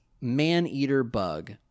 man-eater-bug